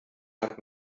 hat